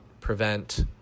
prevent